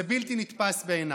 זה בלתי נתפס בעיניי.